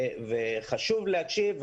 וחשוב להקשיב,